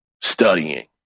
studying